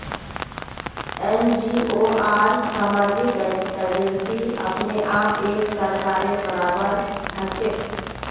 NGO आर सामाजिक agency अपने आप एक सरकारेर बराबर हछेक